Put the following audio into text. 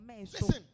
Listen